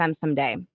someday